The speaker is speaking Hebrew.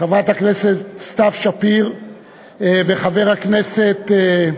חברת הכנסת סתיו שפיר וחבר הכנסת,